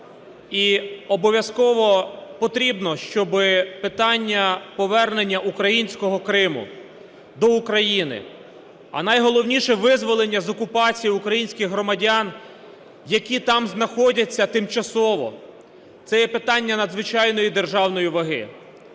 І обов'язково потрібно, щоб питання повернення українського Криму до України, а найголовніше – визволення з окупації українських громадян, які там знаходяться тимчасово. Це є питання надзвичайної державної ваги.